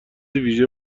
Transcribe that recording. ویژه